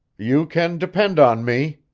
you can depend on me,